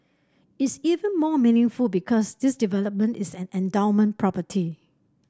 is even more meaningful because this development is an endowment property